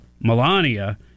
Melania